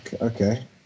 Okay